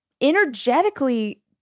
energetically